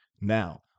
Now